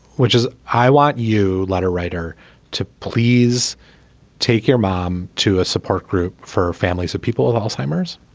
which is i want you. letter writer to please take your mom to a support group for families of people with alzheimer's.